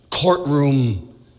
courtroom